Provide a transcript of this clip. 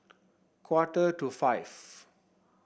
quarter to five